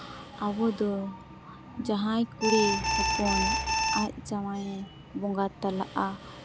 ᱟᱵᱚᱫᱚ ᱡᱟᱦᱟᱸᱭ ᱠᱩᱲᱤ ᱦᱚᱯᱚᱱ ᱟᱡ ᱡᱟᱶᱟᱭᱮ ᱵᱚᱸᱜᱟ ᱛᱟᱞᱟᱜᱼᱟ